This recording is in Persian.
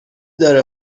داره